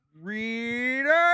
Reader